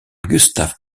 gustaf